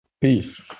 Peace